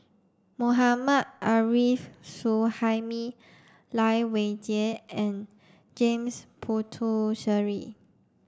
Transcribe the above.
Mohammad Arif Suhaimi Lai Weijie and James Puthucheary